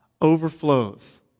overflows